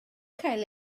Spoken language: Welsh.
cael